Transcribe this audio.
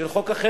של חוק החרם.